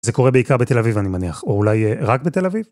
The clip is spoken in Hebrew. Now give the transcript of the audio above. זה קורה בעיקר בתל אביב, אני מניח, או אולי רק בתל אביב?